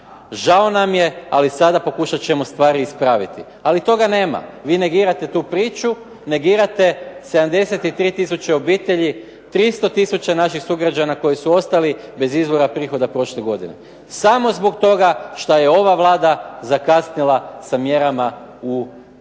žao nam je, ali sada pokušat ćemo stvari ispraviti." Ali toga nema, vi negirate tu priču. Negirate 73 tisuće obitelji, 300 tisuća naših sugrađana koji su ostali bez izvora prihoda prošle godine. Samo zbog toga što je ova Vlada zakasnila sa mjerama u pomoći